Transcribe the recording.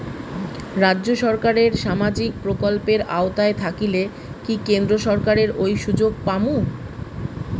রাজ্য সরকারের সামাজিক প্রকল্পের আওতায় থাকিলে কি কেন্দ্র সরকারের ওই সুযোগ পামু?